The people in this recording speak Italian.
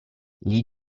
gli